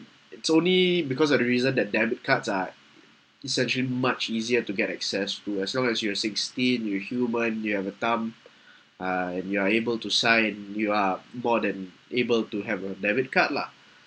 it's only because of the reason that debit cards are essentially much easier to get access to as long as you're sixteen you're a human you have a thumb uh and you're able to sign and you are born and able to have a debit card lah